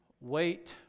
Wait